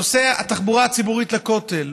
נושא התחבורה הציבורית לכותל.